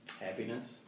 happiness